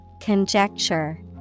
Conjecture